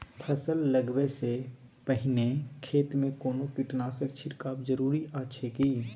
फसल लगबै से पहिने खेत मे कोनो कीटनासक छिरकाव जरूरी अछि की?